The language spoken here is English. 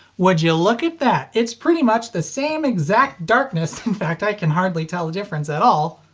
would you look at that! it's pretty much the same exact darkness in fact i can hardly tell the difference at all